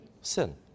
Sin